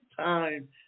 time